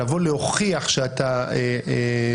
לבוא להוכיח שאתה רשום.